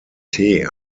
tee